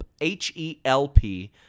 H-E-L-P